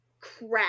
crap